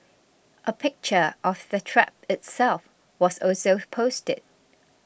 a picture of the trap itself was also posted